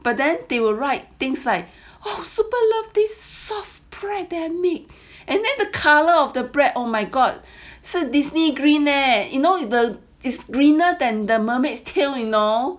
but then they will write things like oh super love this soft bread that I made and then the colour of the bread oh my god said Disney green there you know the is greener than the mermaids tail you know